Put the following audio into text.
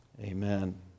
Amen